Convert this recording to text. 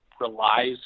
relies